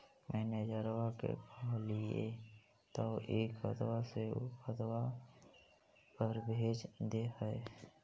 मैनेजरवा के कहलिऐ तौ ई खतवा से ऊ खातवा पर भेज देहै?